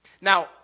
Now